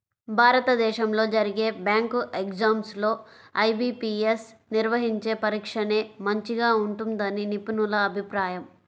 భారతదేశంలో జరిగే bank exams లో ఐ.బీ.పీ.యస్ నిర్వహించే పరీక్షనే మంచిగా ఉంటుందని నిపుణుల అభిప్రాయం